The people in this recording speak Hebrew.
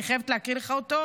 אני חייבת להקריא לך אותו.